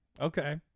Okay